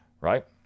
right